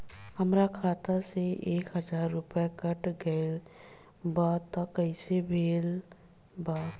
हमार खाता से एक हजार रुपया कट गेल बा त कइसे भेल बा?